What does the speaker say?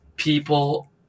People